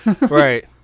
Right